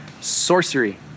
sorcery